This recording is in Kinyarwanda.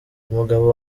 umugabo